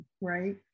right